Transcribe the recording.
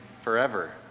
forever